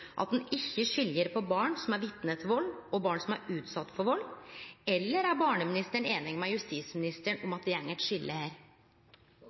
at ein ikkje skil mellom barn som er vitne til vald, og barn som er utsette for vald. Eller er barneministeren einig med justisministeren i at det går eit skilje her?